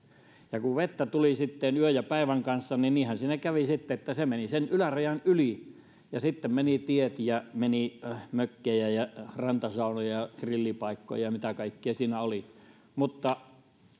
kun vettä tuli sitten yön ja päivän kanssa niin niinhän siinä kävi sitten että se meni sen ylärajan yli ja sitten meni tiet ja meni mökkejä ja rantasaunoja ja grillipaikkoja mitä kaikkea siinä oli mutta